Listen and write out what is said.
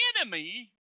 enemy